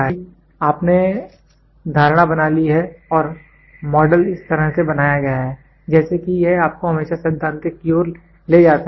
क्योंकि आपने धारणा बना ली है और मॉडल इस तरह से बनाया गया है जैसे कि यह आपको हमेशा सैद्धांतिक की ओर ले जाता है